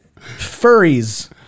Furries